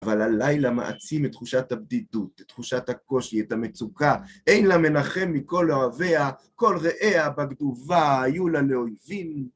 אבל הלילה מעצים את תחושת הבדידות, את תחושת הקושי, את המצוקה, אין לה מנחם מכל אוהביה, כל ראיה בגדו בה, היו לה לאויבים.